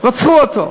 רצחו אותו.